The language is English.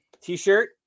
t-shirt